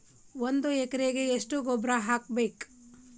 ಒಂದ್ ಎಕರೆಗೆ ಎಷ್ಟ ಗೊಬ್ಬರ ಹಾಕ್ಬೇಕ್?